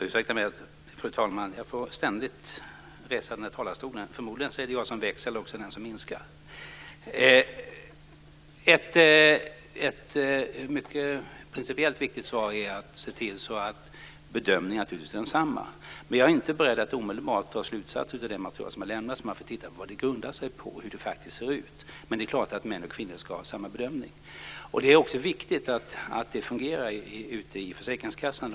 Fru talman! Det är principiellt mycket viktigt att bedömningen är densamma. Jag är dock inte beredd att omedelbart dra slutsatser av det material som har lämnats. Man får titta på vad det grundar sig på och hur det faktiskt ser ut. Men det är klart att män och kvinnor ska ha samma bedömning. Det är också viktigt att det fungerar ute i försäkringskassorna.